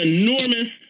enormous